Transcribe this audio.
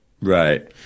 Right